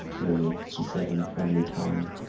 lily, he said in a friendly tone,